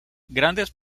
grandes